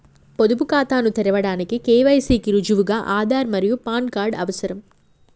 పొదుపు ఖాతాను తెరవడానికి కే.వై.సి కి రుజువుగా ఆధార్ మరియు పాన్ కార్డ్ అవసరం